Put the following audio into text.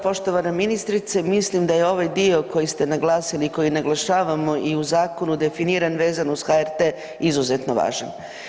Poštovana ministrice mislim da je ovaj dio koji ste naglasili i koji naglašavamo i u zakonu definiran vezan uz HRT izuzetno važan.